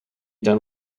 done